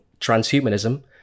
transhumanism